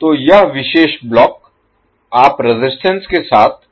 तो यह विशेष ब्लॉक आप रेजिस्टेंस के साथ